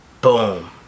boom